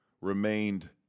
remained